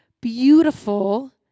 beautiful